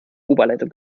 oberleitung